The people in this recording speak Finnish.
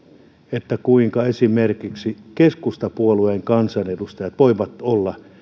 että kuinka esimerkiksi keskustapuolueen kansanedustajat voivat olla